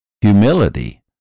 Humility